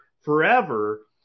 forever